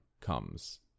comes